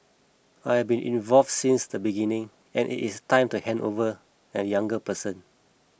I have been involved since the beginning and it is time to hand over a younger person